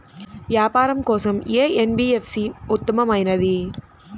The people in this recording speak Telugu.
వ్యాపారం కోసం ఏ ఎన్.బీ.ఎఫ్.సి ఉత్తమమైనది?